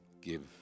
give